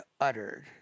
uttered